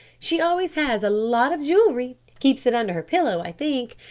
she always has a lot of jewellery keeps it under her pillow i think,